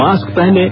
mask पहनें